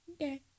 okay